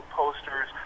posters